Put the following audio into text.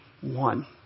one